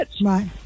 Right